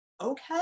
okay